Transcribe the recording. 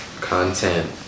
content